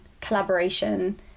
collaboration